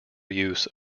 use